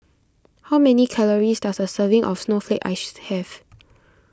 how many calories does a serving of Snowflake Ice have